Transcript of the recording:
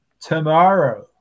tomorrow